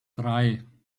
drei